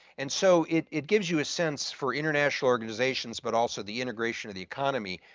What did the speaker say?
and so it it gives you a sense for international organizations but also the integration of the economy,